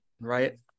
right